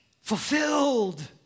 fulfilled